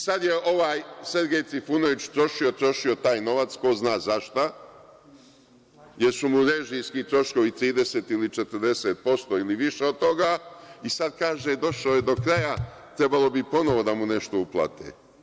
Sada je ovaj Sergej Trifunović trošio taj novac ko zna zašta, jer su mu režijski troškovi 30% ili 40% ili više od toga i sada kaže da je došao do kraja, trebalo bi ponovo da mu nešto uplate.